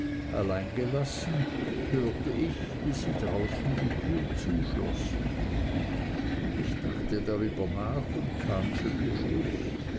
allein gelassen hörte ich wie sie draußen die türe zuschlossen ich dachte darüber nach und kam zu dem schluß